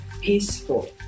peaceful